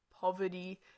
poverty